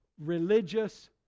religious